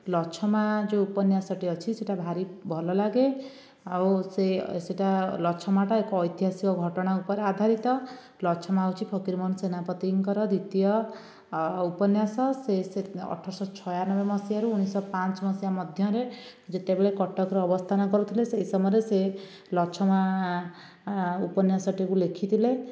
ଲଛମା ଯେଉଁ ଉପନ୍ୟାସଟି ଅଛି ସେଟା ଭାରି ଭଲ ଲାଗେ ଆଉ ସେ ସେଟା ଲଛମାଟା ଏକ ଐତିକାସିକ ଘଟଣା ଉପରେ ଆଧାରିତ ଲଛମା ହେଉଛି ଫକୀର ମୋହନ ସେନାପତିଙ୍କର ଦ୍ୱିତୀୟ ଉପନ୍ୟାସ ସେ ସେତେ ଅଠରଶହ ଛୟାନବେ ମସିହାରୁ ଉଣେଇଶହ ପାଞ୍ଚ ମସିହା ମଧ୍ୟରେ ଯେତେବେଳେ କଟକରେ ଅବସ୍ଥାନ କରୁଥିଲେ ସେହି ସମୟରେ ସେ ଲଛମା ଉପନ୍ୟାସଟିକୁ ଲେଖିଥିଲେ